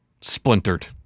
splintered